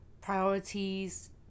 priorities